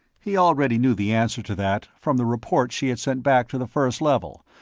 he already knew the answer to that, from the reports she had sent back to the first level,